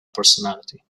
personality